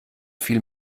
viel